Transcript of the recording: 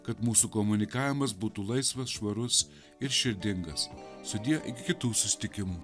kad mūsų komunikavimas būtų laisvas švarus ir širdingas sudie iki kitų susitikimų